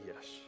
yes